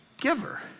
giver